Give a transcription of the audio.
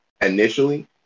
Initially